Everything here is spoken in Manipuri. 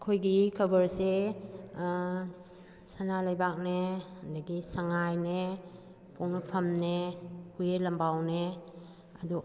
ꯑꯩꯈꯣꯏꯒꯤ ꯈꯕꯔꯁꯦ ꯁꯅꯥ ꯂꯩꯕꯥꯛꯅꯦ ꯑꯗꯒꯤ ꯁꯪꯉꯥꯏꯅꯦ ꯄꯣꯛꯅꯐꯝꯅꯦ ꯍꯨꯏꯌꯦꯟ ꯂꯥꯟꯄꯥꯎꯅꯦ ꯑꯗꯣ